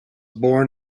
born